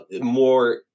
more